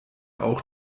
auch